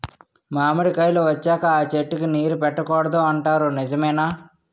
మామిడికాయలు వచ్చాక అ చెట్టుకి నీరు పెట్టకూడదు అంటారు నిజమేనా?